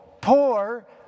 poor